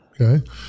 Okay